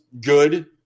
good